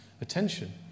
attention